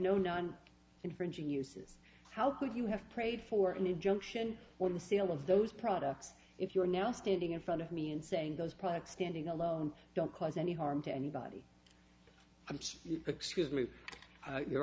no known infringing uses how could you have prayed for an injunction on the sale of those products if you're now standing in front of me and saying those products standing alone don't cause any harm to anybody i'm